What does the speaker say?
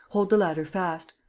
hold the ladder fast.